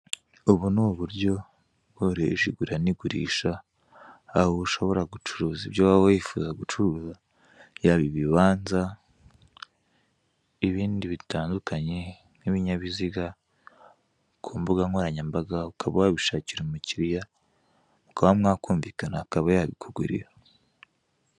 Ubu ni uburyo bworoheje igura n'igurisha aho ushobora gucuruza ibyo waba wifuza gucuruza yaba ibibanza, ibindi bitandukanye, ibinyabiziga ku mbuga nkoranyambaga ukaba wabishakira umukiriya mukaba mwakumvikana akaba yabikugirira.